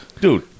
dude